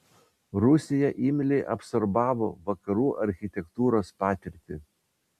rusija imliai absorbavo vakarų architektūros patirtį